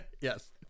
Yes